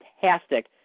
fantastic